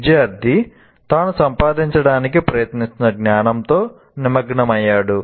విద్యార్ధి తాను సంపాదించడానికి ప్రయత్నిస్తున్న జ్ఞానంతో నిమగ్నమయ్యాడు